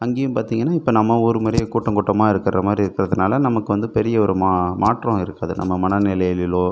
அங்கேயும் பார்த்திங்கன்னா இப்போ நம்ம ஊரு மாதிரியே கூட்டம் கூட்டமாக இருக்கிற மாதிரி இருக்கிறதுனால நமக்கு வந்து பெரிய ஒரு மாற்றம் இருக்காது நம்ம மனநிலையிலோ